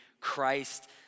Christ